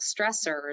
stressors